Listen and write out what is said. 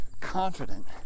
confident